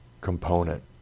component